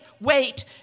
wait